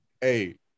hey